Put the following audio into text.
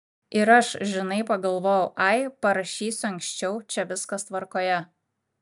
ir aš žinai pagalvojau ai parašysiu anksčiau čia viskas tvarkoje